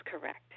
correct